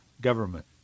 government